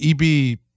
Eb